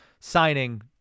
signing